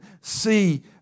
see